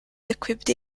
equipped